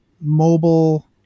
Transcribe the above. mobile